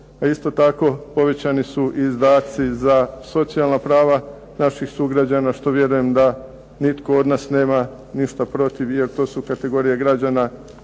a isto tako povećani su izdaci za socijalna prava naših sugrađana što vjerujem da nitko od nas nema ništa protiv jer to su kategorije građana